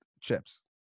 chips